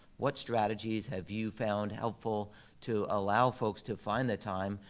what strategies have you found helpful to allow folks to find the time,